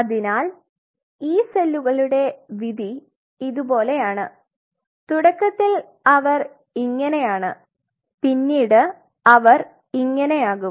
അതിനാൽ ഈ സെല്ലുകളുടെ വിധി ഇതുപോലെയാണ് തുടക്കത്തിൽ അവർ ഇങ്ങനെയാണ് പിന്നീട് അവർ ഇങ്ങനെയാകും